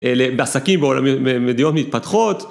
לעסקים במדינות מתפתחות.